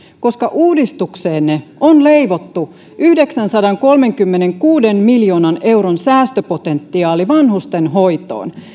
koska uudistukseenne on leivottu yhdeksänsadankolmenkymmenenkuuden miljoonan euron säästöpotentiaali vanhustenhoitoon